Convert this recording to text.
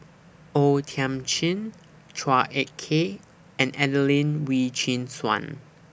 O Thiam Chin Chua Ek Kay and Adelene Wee Chin Suan